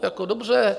Jako dobře.